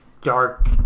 dark